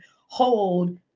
hold